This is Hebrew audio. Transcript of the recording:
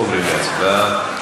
עוברים להצבעה.